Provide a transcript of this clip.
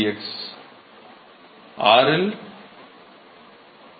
மாணவர் dTm dx r இல்